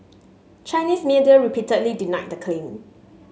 Chinese media repeatedly denied the claim